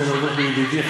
אני רוצה להודות לידידי,